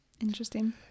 Interesting